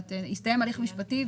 הסתיים הליך משפטי.